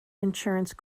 insurance